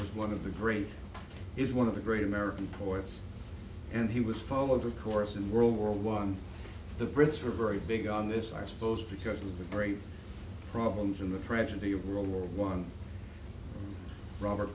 know one of the great is one of the great american poets and he was followed of course in world war one the brits are very big on this i suppose because of the great problems in the tragedy of world war one robert